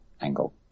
angle